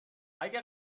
اگه